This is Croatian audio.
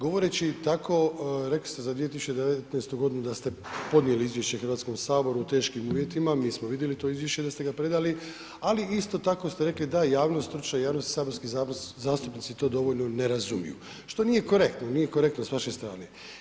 Govoreći tako rekli ste za 2019.godinu da ste podnijeli izvješće HS-u u teškim uvjetima, mi smo vidjeli to izvješće da ste ga predali, ali isto tako ste rekli da javnost stručna i … saborski zastupnici to dovoljno ne razumiju, što nije korektno, nije korektno s vaše strane.